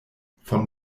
von